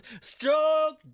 Stroke